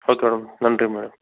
okay madam நன்றி madam